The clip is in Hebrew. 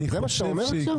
זה מה שאתה אומר עכשיו?